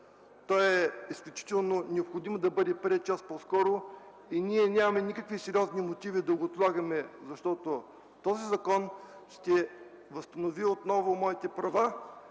важен. Изключително е необходимо да бъде приет час по-скоро. Нямаме никакви сериозни мотиви да го отлагаме, защото той ще възстанови отново моите права